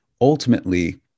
ultimately